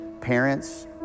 parents